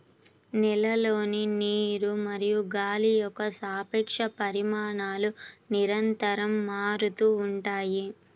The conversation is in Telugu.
నేలలోని నీరు మరియు గాలి యొక్క సాపేక్ష పరిమాణాలు నిరంతరం మారుతూ ఉంటాయి